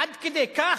עד כדי כך,